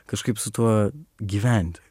kažkaip su tuo gyventi